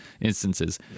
instances